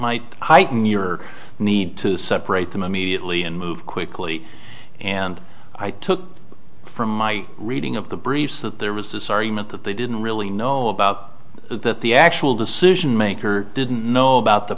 might heighten your need to separate them immediately and move quickly and i took from my reading of the briefs that there was this argument that they didn't really know about that the actual decision maker didn't know about the